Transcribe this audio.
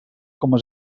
coma